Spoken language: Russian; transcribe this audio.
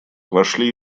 вошли